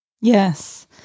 yes